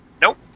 Nope